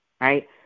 right